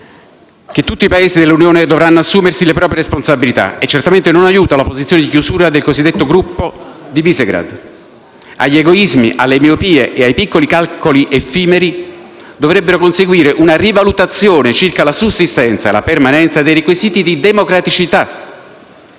che tutti i Paesi dell'Unione dovranno assumersi le proprie responsabilità, e certamente non aiuta la posizione di chiusura del cosiddetto gruppo di Visegrád. Agli egoismi, alle miopie e ai piccoli calcoli effimeri dovrebbe conseguire una rivalutazione circa la sussistenza e la permanenza dei requisiti di democraticità